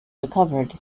recovered